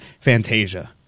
Fantasia